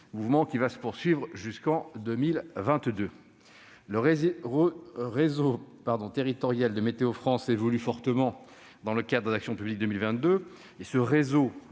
mouvement qui se poursuivra en 2022. Le réseau territorial de Météo-France évolue fortement dans le cadre d'Action publique 2022. Ses